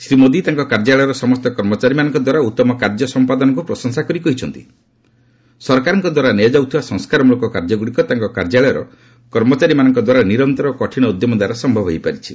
ଶ୍ରୀ ମୋଦି ତାଙ୍କ କାର୍ଯ୍ୟାଳୟର ସମସ୍ତ କର୍ମଚାରୀଙ୍କଦ୍ୱାରା ଉତ୍ତମ କାର୍ଯ୍ୟ ସମ୍ପାଦନକୁ ପ୍ରଶଂସା କରି କହିଛନ୍ତି ସରକାରଙ୍କଦ୍ୱାରା ନିଆଯାଉଥିବା ସଂସ୍କାରମଳକ କାର୍ଯ୍ୟଗୁଡ଼ିକ ତାଙ୍କ କାର୍ଯ୍ୟାଳୟର କର୍ମଚାରୀମାନଙ୍କଦ୍ୱାରା ନିରନ୍ତର ଓ କଠିନ ଉଦ୍ୟମ ଦ୍ୱାରା ସମ୍ଭବ ହୋଇପାରିଛି